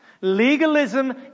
Legalism